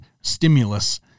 stimulus